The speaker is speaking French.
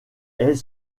est